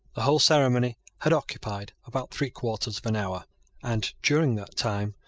the whole ceremony had occupied about three quarters of an hour and, during that time,